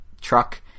truck